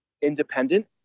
independent